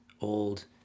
old